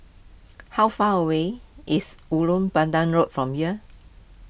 how far away is Ulu Pandan Road from here